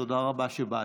תודה רבה שבאתם.